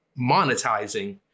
monetizing